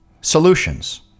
solutions